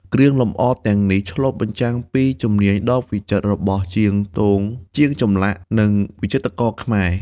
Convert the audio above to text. គ្រឿងលម្អទាំងនេះឆ្លុះបញ្ចាំងពីជំនាញដ៏វិចិត្ររបស់ជាងទង ជាងចម្លាក់ និងវិចិត្រករខ្មែរ។